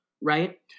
right